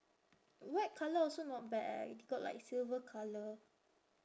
white colour also not bad eh they got like silver colour